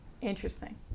Interesting